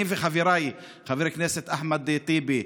אני וחבריי חבר הכנסת אחמד טיבי,